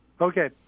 Okay